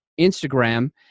Instagram